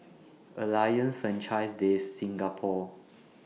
Alliance Francaise De Singapour